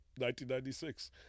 1996